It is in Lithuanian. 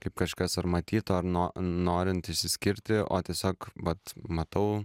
kaip kažkas ar matyto ar no norint išsiskirti o tiesiog vat matau